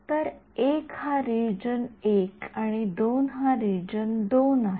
तर १ हा रिजन १ आणि २ हा रिजन २ आहे